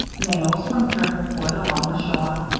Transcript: nails from driftwood along the shore,